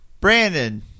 Brandon